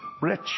rich